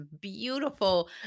beautiful